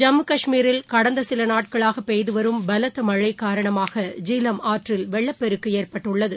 ஜம்மு காஷ்மீரில் கடந்த சில நாட்களாக பெய்து வரும் பலத்த மழை காரணமாக ஜீலம் ஆற்றில் வெள்ளப்பெருக்கு ஏற்பட்டுள்ளது